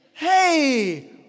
hey